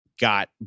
got